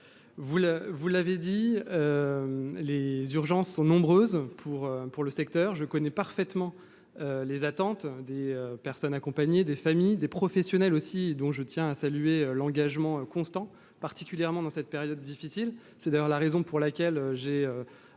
vous l'avez dit, les urgences sont nombreuses dans ce secteur. Je connais parfaitement les attentes des personnes accompagnées, des familles, mais aussi des professionnels, dont je tiens à saluer l'engagement constant, particulièrement dans cette période difficile. C'est d'ailleurs pourquoi j'ai